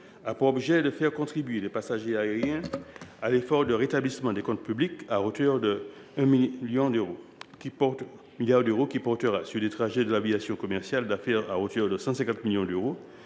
a pour objet de faire contribuer les passagers aériens à l’effort de rétablissement des comptes publics à hauteur de 1 milliard d’euros. Cet effort portera sur les trajets de l’aviation commerciale d’affaires – à hauteur de 150 millions d’euros